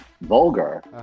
vulgar